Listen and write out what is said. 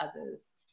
others